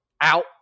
Out